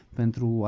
pentru